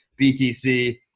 BTC